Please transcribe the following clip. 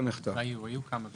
היו כמה דיונים.